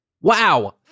Wow